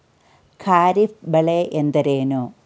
ಖಾರಿಫ್ ಬೆಳೆ ಎಂದರೇನು?